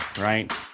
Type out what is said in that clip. right